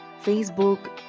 Facebook